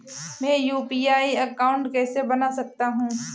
मैं UPI account कैसे बना सकता हूं?